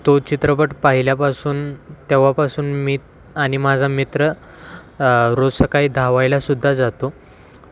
तो चित्रपट पाहिल्यापासून तेव्हापासून मी आणि माझा मित्र रोज सकाळी धावायलासुद्धा जातो